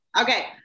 okay